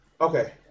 Okay